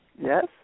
Yes